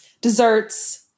desserts